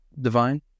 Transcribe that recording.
Divine